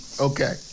Okay